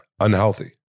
Unhealthy